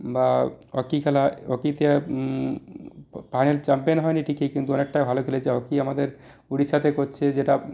বা হকি খেলা হকিতে ফাইনাল চ্যাম্পিয়ন হয়নি ঠিকই কিন্তু অনেটা ভালো খেলেছে হকি আমাদের উড়িষ্যাতে করছে যেটা